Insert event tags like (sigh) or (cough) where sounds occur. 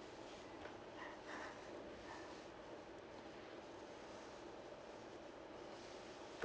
(laughs)